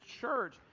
church